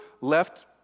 left